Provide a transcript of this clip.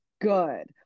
Good